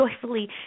joyfully